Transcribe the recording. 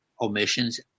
omissions